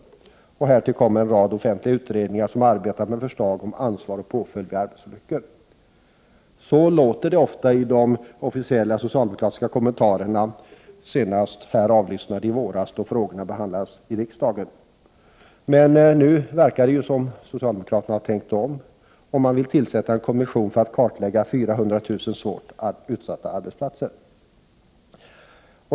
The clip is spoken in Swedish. Härtill kommer en rad offentliga utredningar som arbetar med förslag om ansvar och påföljd vid arbetsolyckor. Så låter det ofta i de officiella socialdemokratiska kommentarerna, senast i våras då frågorna behandlades här i riksdagen. Men nu verkar det som om socialdemokraterna har tänkt om, när de vill tillsätta en kommission för att kartlägga 400 000 svårt utsatta arbetsplatser.